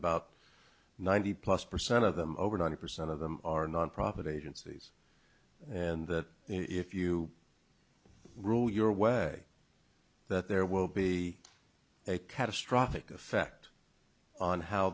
about ninety plus percent of them over ninety percent of them are nonprofit agencies and that if you rule your way that there will be a catastrophic effect on how